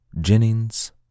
Jennings